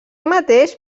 mateix